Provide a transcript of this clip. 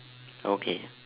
okay